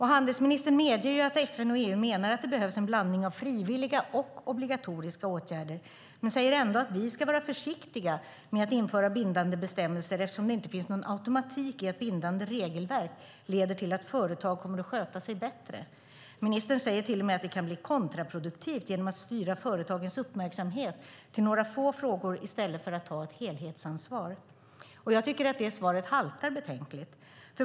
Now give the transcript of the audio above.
Handelsministern medger att FN och EU menar att det behövs en blandning av frivilliga och obligatoriska åtgärder men säger ändå att vi ska vara försiktiga med att införa bindande bestämmelser eftersom det inte finns någon automatik i att bindande regelverk leder till att företag kommer att sköta sig bättre. Ministern säger till och med att det kan bli kontraproduktivt att styra företagens uppmärksamhet till några få frågor i stället för att ta ett helhetsansvar. Jag tycker att det svaret haltar betänkligt.